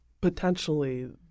potentially